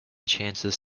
chances